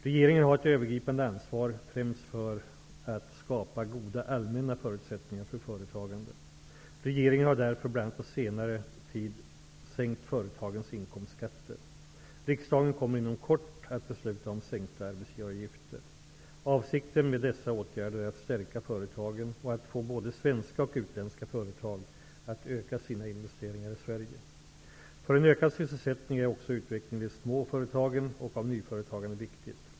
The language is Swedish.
Regeringen har ett övergripande ansvar främst för att skapa goda allmänna förutsättningar för företagande. Regeringen har därför bl.a. på senare tid sänkt företagens inkomstskatter. Riksdagen kommer inom kort att besluta om sänkta arbetsgivaravgifter. Avsikten med dessa åtgärder är att stärka företagen och att få både svenska och utländska företag att öka sina investeringar i För en ökad sysselsättning är också utvecklingen i de små företagen och av nyföretagandet viktig.